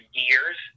years